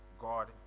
God